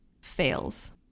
fails